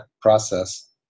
process